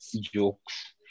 jokes